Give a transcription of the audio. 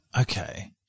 Okay